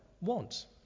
want